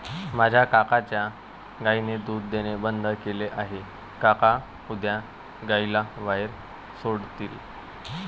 माझ्या काकांच्या गायीने दूध देणे बंद केले आहे, काका उद्या गायीला बाहेर सोडतील